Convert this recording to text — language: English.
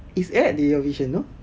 it's at D_O vision no